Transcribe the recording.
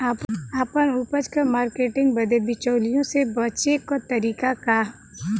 आपन उपज क मार्केटिंग बदे बिचौलियों से बचे क तरीका का ह?